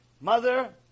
mother